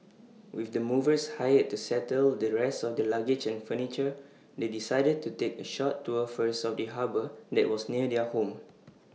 with the movers hired to settle the rest of their luggage and furniture they decided to take A short tour first of the harbour that was near their home